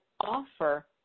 offer